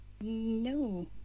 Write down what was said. No